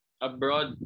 abroad